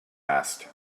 asked